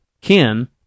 Ken